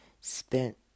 spent